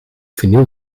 vinyl